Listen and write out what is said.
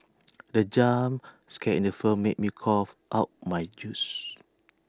the jump scare in the firm made me cough out my juice